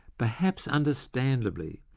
perhaps understandably,